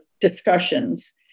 discussions